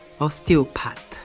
osteopath